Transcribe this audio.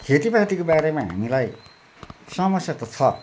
खेतीपातीको बारेमा हामीलाई समस्या त छ